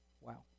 Wow